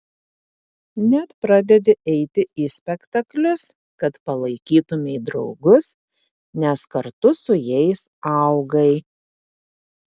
net pradedi eiti į spektaklius kad palaikytumei draugus nes kartu su jais augai